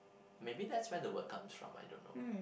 maybe that's where the word comes from I don't know